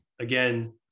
Again